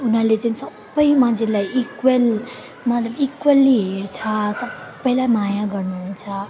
उनीहरूले चाहिँ सबै मान्छेहरूलाई इक्वेल मतलब इक्वेल्ली हेर्छ सबैलाई माया गर्नुहुन्छ